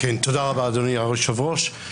תודה רבה אדוני היושב-ראש,